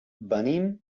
venim